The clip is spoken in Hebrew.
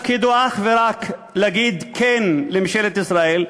תפקידו אך ורק להגיד כן לממשלת ישראל,